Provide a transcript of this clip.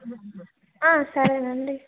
సరేనండి